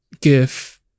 give